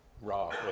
raw